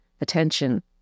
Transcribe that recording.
attention